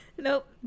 Nope